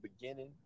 beginning